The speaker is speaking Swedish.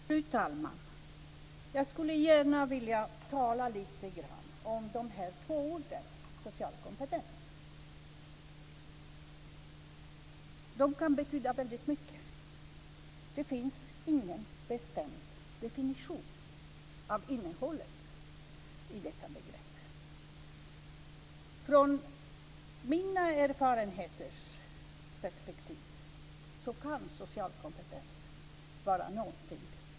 Fru talman! Jag skulle gärna vilja tala lite grann om de två orden social kompetens. De kan betyda väldigt mycket. Det finns ingen bestämd definition av innehållet i detta begrepp. Från mina erfarenheters perspektiv kan social kompetens vara någonting oerhört destruktivt.